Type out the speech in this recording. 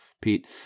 Pete